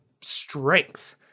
strength